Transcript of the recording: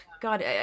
god